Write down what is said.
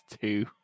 two